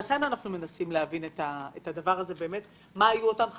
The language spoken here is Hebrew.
אנחנו מנסים להבין מה היו אותן חריגות.